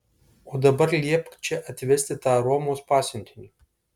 o dabar liepk čia atvesti tą romos pasiuntinį